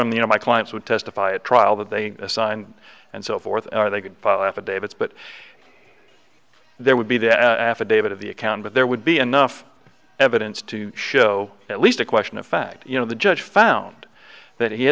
know my clients would testify a trial that they assigned and so forth are they could file affidavits but there would be the affidavit of the account but there would be enough evidence to show at least a question of fact you know the judge found that he